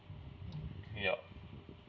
ya